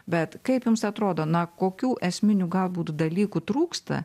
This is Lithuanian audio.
bet kaip jums atrodo na kokių esminių galbūt dalykų trūksta